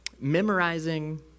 memorizing